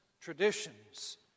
traditions